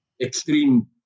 extreme